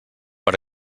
per